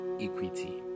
equity